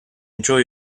enjoy